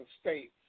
states